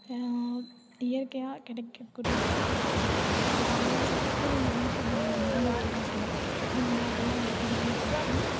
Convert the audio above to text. இயற்கையாக கிடைக்கக்கூடிய ஒரு நல்ல சத்து உள்ளதுனு சொல்லுவாங்க முருங்கக்கீரை அப்படில்லாம் அதனால அதெலாம் வளர்க்குறது ரொம்ப பிடிக்கும்